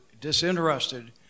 disinterested